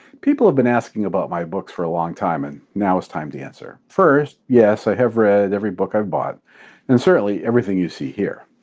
people have been asking about my books for a long time and now is time to answer. first, yes, i have read every book i've bought and certainly everything you see here.